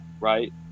right